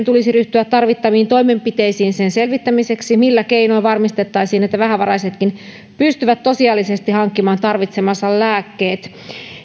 tulisi ryhtyä tarvittaviin toimenpiteisiin sen selvittämiseksi millä keinoilla varmistettaisiin että vähävaraisetkin pystyvät tosiasiallisesti hankkimaan tarvitsemansa lääkkeet